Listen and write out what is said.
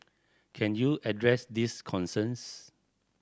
can you address these concerns